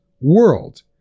world